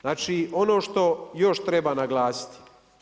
Znači ono što još treba naglasiti?